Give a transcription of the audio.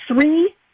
three